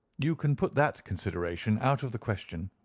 you can put that consideration out of the question.